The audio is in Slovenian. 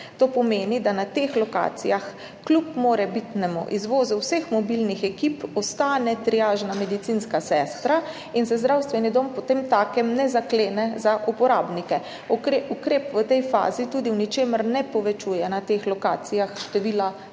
To pomeni, da na teh lokacijah kljub morebitnemu izvozu vseh mobilnih ekip ostane triažna medicinska sestra in se zdravstveni dom potemtakem ne zaklene za uporabnike. Ukrep v tej fazi tudi v ničemer ne povečuje na teh lokacijah števila